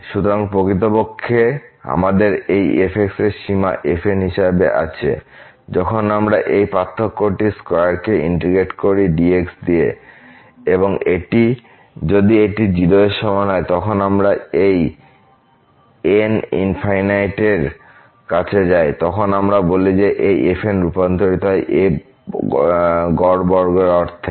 সুতরাং প্রকৃতপক্ষে আমাদের এই f এই এর সীমা fn হিসাবে আছে যখন আমরা এই পার্থক্যটির স্কয়ার কে ইন্টিগ্রেট করি dx দিয়ে এবং যদি এটি 0 এর সমান হয় যখন আমরা এই n এর কাছে যাই তখন আমরা বলি যে এই fn রূপান্তরিত হয় f গড় বর্গ অর্থেতে